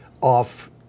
off